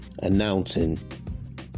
announcing